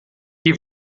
die